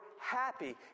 happy